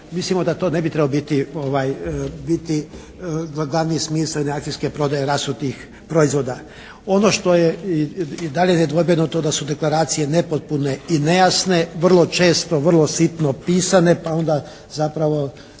mislimo da to ne bi trebalo biti glavni smisao jedne akcijske prodaje rasutih proizvoda. Ono što je i dalje nedvojbeno je to da su deklaracije nepotpune i nejasne, vrlo često vrlo sitno pisane, pa onda zapravo